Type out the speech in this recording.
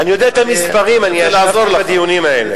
אני יודע את המספרים, אני ישבתי בדיונים האלה.